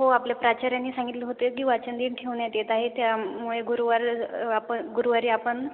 हो आपल्या प्राचार्यांनी सांगितलं होते की वाचनदिन ठेवण्यात येत आहे त्यामुळे गुरुवार आपण गुरुवारी आपण